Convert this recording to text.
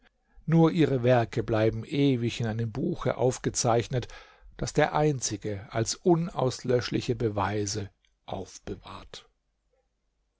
nur ihre werke bleiben ewig in einem buche aufgezeichnet das der einzige als unauslöschliche beweise aufbewahrt